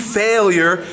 failure